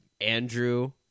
Andrew